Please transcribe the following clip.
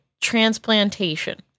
transplantation